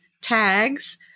tags